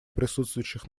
присутствующих